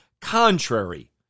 contrary